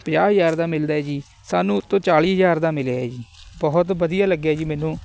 ਪੰਜਾਹ ਹਜ਼ਾਰ ਦਾ ਮਿਲਦਾ ਜੀ ਸਾਨੂੰ ਉੱਥੋਂ ਚਾਲੀ ਹਜ਼ਾਰ ਦਾ ਮਿਲਿਆ ਜੀ ਬਹੁਤ ਵਧੀਆ ਲੱਗਿਆ ਜੀ ਮੈਨੂੰ